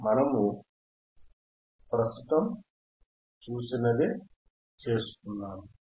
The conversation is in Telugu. మరియు ఆ మనము ప్రస్తుతం చూసిన చేసుకున్నది